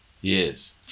yes